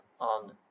on